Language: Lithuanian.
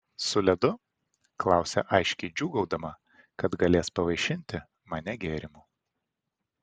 su ledu klausia aiškiai džiūgaudama kad galės pavaišinti mane gėrimu